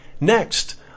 next